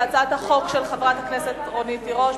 על הצעת החוק של חברת הכנסת רונית תירוש.